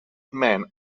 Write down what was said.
man